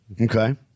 Okay